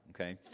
okay